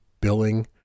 billing